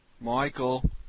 Michael